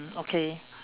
mm okay